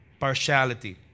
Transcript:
partiality